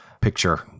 picture